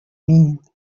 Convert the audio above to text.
mean